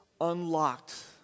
unlocked